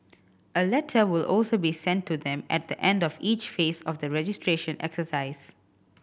a letter will also be sent to them at the end of each phase of the registration exercise